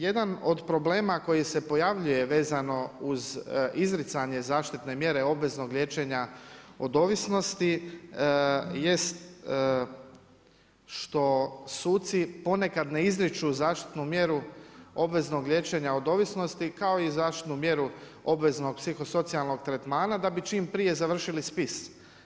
Jedan od problema koji se pojavljuje vezano uz izricanje zaštitne mjere obveznog liječenja od ovisnosti jest što suci ponekad ne izriču zaštitnu mjeru obveznog liječenja od ovisnosti kao i zaštitnu mjeru obveznog psihosocijalnog tretmana da bi čim prije završili spis.